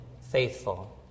faithful